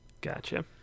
Gotcha